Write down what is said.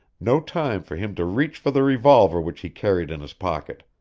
no time for him to reach for the revolver which he carried in his pocket.